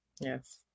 Yes